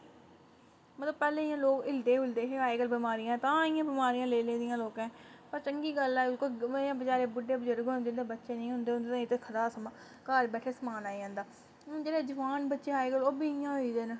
जां मतलब पैह्लें इ'यां लोक हिल्लदे हे अज्जकल बमारियां तां आइयां बमारियां लेई लेदियां लोकें पर चंगी गल्ल ऐ कि कोई बचारे बुड्ढे बजुर्ग हून जिं'दे बच्चे नेईं होंदे हून ते उं'दे ताहीं ते खरा सगुआं घर बैठे दे समान आई जंदा हून जेह्डे़ जवान बच्चे अज्जकल ओह् बी इ'यां होई दे